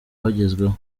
wagezweho